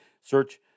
Search